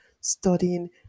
studying